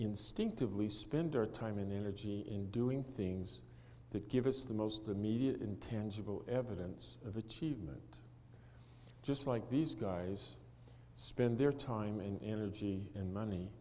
instinctively spend our time and energy in doing things that give us the most immediate intangible evidence of achievement just like these guys spend their time and energy and money